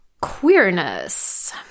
queerness